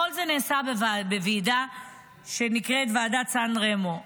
כל זה נעשה בוועידה שנקראת ועדת סן רמו.